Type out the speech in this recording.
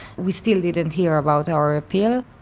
we still didn't hear about our appeal.